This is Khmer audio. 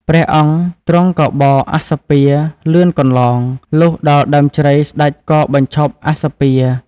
ព្រះអង្គទ្រង់ក៏បរអស្សពាហ៍លឿនកន្លង លុះដល់ដើមជ្រៃស្តេចក៏បញ្ឈប់អស្សពាហ៍។